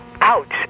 Ouch